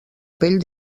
pell